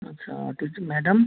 अच्छा teach madam